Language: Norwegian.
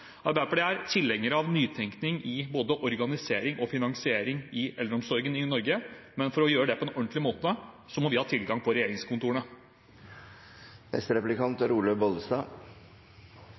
Arbeiderpartiet er tilhenger av nytenkning i både organisering og finansiering innen eldreomsorgen i Norge, men for å gjøre det på en ordentlig måte må vi ha tilgang